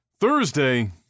Thursday